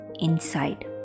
inside